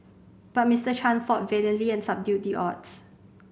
but Mister Chan fought valiantly and subdued the odds